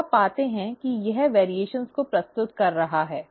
तो आप पाते हैं कि यह विभिन्नताओं को प्रस्तुत कर रहा है